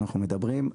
אנחנו מדברים,